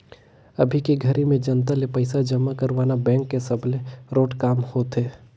अभी के घरी में जनता ले पइसा जमा करवाना बेंक के सबले रोंट काम होथे